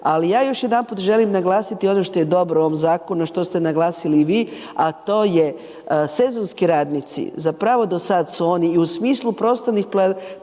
Ali ja još jedanput želim naglasiti ono što je dobro u ovom zakonu, a što ste naglasili i vi, a to je sezonski radnici, zapravo do sad su oni i u smislu prostornih